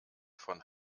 von